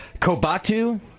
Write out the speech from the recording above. Kobatu